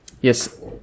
yes